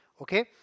Okay